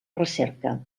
recerca